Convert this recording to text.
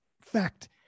fact